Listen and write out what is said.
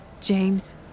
James